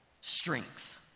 strength